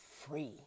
free